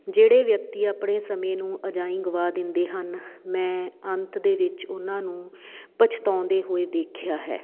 ਜਿਹੜੇ ਵਿਅਕਤੀ ਆਪਣੇ ਸਮੇਂ ਨੂੰ ਅਜਾਈਂ ਗਵਾ ਦਿੰਦੇ ਹਨ ਮੈਂ ਅੰਤ ਦੇ ਵਿੱਚ ਉਹਨਾਂ ਨੂੰ ਪਛਤਾਉਂਦੇ ਹੋਏ ਦੇਖਿਆ ਹੈ